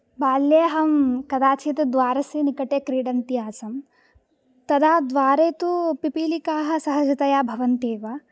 बाल्ये अहं कदाचित् द्वारस्य निकटे क्रिडन्ती आसम् तदा द्वारे तु पिपिलिकाः सहजतया भवन्ति एव